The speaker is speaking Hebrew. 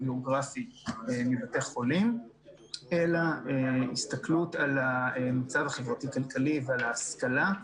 גיאוגרפי מבתי חולים אלא הסתכלות על המצב החברתי-כלכלי ועל ההשכלה,